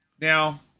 Now